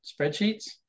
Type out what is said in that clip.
spreadsheets